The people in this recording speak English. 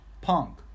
Punk